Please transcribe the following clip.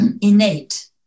innate